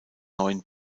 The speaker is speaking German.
neuen